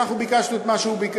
אנחנו ביקשנו את מה שביקשנו,